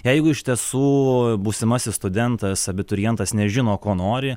jeigu iš tiesų būsimasis studentas abiturientas nežino ko nori